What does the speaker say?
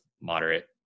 moderate